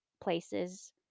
places